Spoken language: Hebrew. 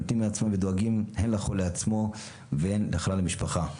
ונותנים מעצמם ודואגים הן לחולה עצמו והן לכלל המשפחה.